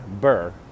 Burr